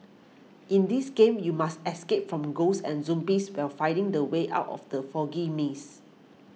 in this game you must escape from ghosts and zombies while finding the way out of the foggy maze